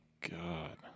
god